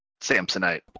Samsonite